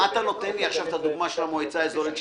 מה אתה נותן לי עכשיו את הדוגמה של המועצה האזורית שלך,